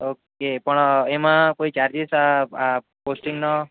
okay પણ એમાં કોઈ ચાર્જીસ પોસ્ટિંગનો